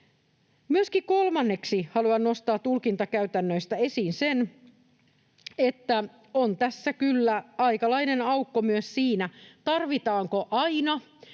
näkemään. Kolmanneksi haluan nostaa tulkintakäytännöistä esiin myöskin sen, että on tässä kyllä aikalainen aukko myös siinä, tarvitaanko aina